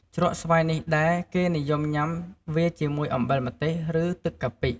ជ្រក់ស្វាយនេះដែរ គេនិយមញុាំវាជាមួយអំបិលម្ទេស ឬ ទឹកកាពិ។